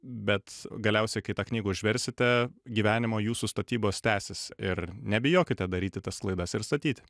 bet galiausiai kai tą knygą užversite gyvenimo jūsų statybos tęsis ir nebijokite daryti tas klaidas ir statyti